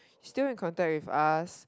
still in contact with us